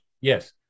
Yes